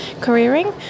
careering